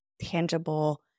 tangible